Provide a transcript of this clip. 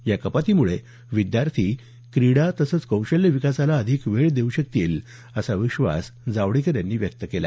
या कपातीमुळे विद्यार्थी क्रीडा तसंच कौशल्य विकासाला अधिक वेळ देऊ शकतील असा विश्वास जावडेकर यांनी व्यक्त केला